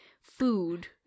food